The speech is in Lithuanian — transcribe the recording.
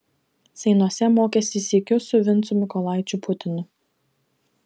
seinuose mokėsi sykiu su vincu mykolaičiu putinu